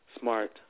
smart